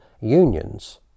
unions